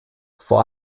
vor